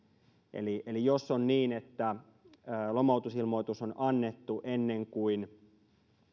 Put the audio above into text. eli eli jos on niin että lomautusilmoitus on annettu ennen kuin